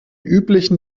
üblichen